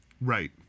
Right